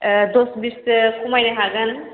ओह दस बिससो खमायनो हागोन